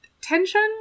tension